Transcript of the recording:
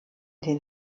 den